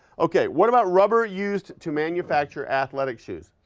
okay, what about rubber used to manufacture athletic shoes?